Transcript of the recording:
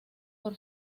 por